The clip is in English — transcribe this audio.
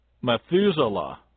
Methuselah